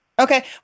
Okay